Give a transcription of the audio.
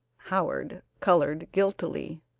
howard colored guiltily